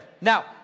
now